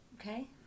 okay